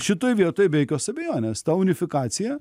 šitoj vietoj be jokios abejonės ta unifikacija